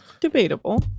debatable